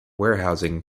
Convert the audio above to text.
warehousing